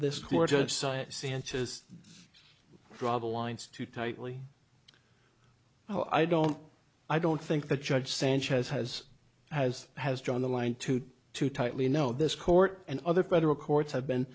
this gorgeous science sanchez draw the lines too tightly oh i don't i don't think the judge sanchez has as has drawn the line to do too tightly no this court and other federal courts have been